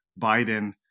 Biden